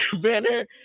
banner